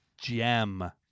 gem